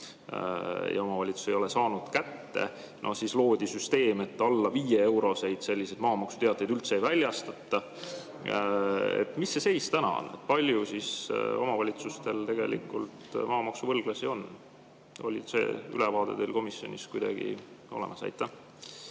ja omavalitsus ei ole saanud raha kätte. Siis loodi süsteem, et alla viieeuroseid maamaksuteateid üldse ei väljastata. Mis seis täna on? Kui palju omavalitsustel tegelikult maamaksuvõlglasi on? On see ülevaade teil komisjonis kuidagi olemas? Aitäh!